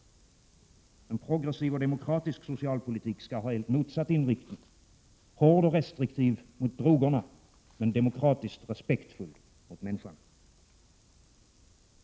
En progressiv och demokratisk socialpolitik skall ha en motsatt inriktning — hård och restriktiv mot drogerna, men demokratiskt respektfull mot människan.